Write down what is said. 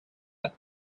and